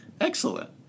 Excellent